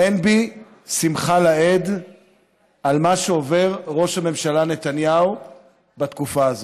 אין בי שמחה לאיד על מה שעובר ראש הממשלה נתניהו בתקופה הזאת.